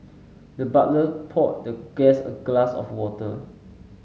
the butler poured the guest a glass of water